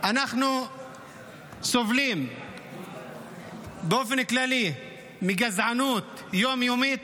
אנחנו סובלים באופן כללי מגזענות יום-יומית